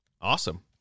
Awesome